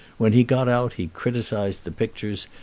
when he got out he criticised the pictures,